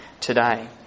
today